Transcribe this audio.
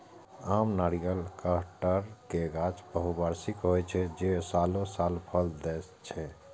आम, नारियल, कहटर के गाछ बहुवार्षिक होइ छै, जे सालों साल फल दै छै